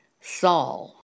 Saul